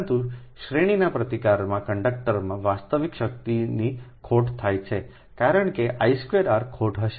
પરંતુ શ્રેણીના પ્રતિકારથી કંડક્ટરમાં વાસ્તવિક શક્તિની ખોટ થાય છે કારણ કેI2R ખોટ હશે